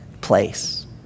place